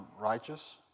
righteous